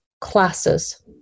classes